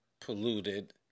polluted